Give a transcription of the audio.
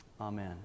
Amen